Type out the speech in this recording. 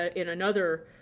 ah in another